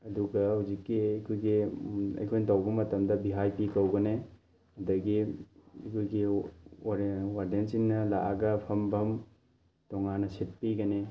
ꯑꯗꯨꯒ ꯍꯧꯖꯤꯛꯀꯤ ꯑꯩꯈꯣꯏꯒꯤ ꯑꯩꯈꯣꯏꯅ ꯇꯧꯕ ꯃꯇꯝꯗ ꯚꯤ ꯑꯥꯏ ꯄꯤ ꯀꯧꯒꯅꯤ ꯑꯗꯒꯤ ꯑꯩꯈꯣꯏꯒꯤ ꯋꯥꯔꯗꯦꯟꯁꯤꯡꯅ ꯂꯥꯛꯑꯒ ꯐꯝꯕꯝ ꯇꯣꯉꯥꯟꯅ ꯁꯤꯠ ꯄꯤꯒꯅꯤ